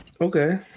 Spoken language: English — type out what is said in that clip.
Okay